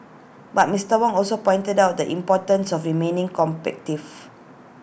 but Mister Wong also pointed out the importance of remaining